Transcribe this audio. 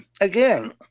again